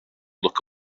look